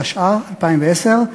התשע"א 2010,